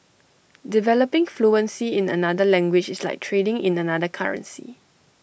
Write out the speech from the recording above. developing fluency in another language is like trading in another currency